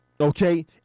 Okay